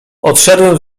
odszedłem